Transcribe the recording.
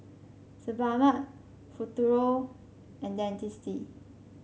Sebamed Futuro and Dentiste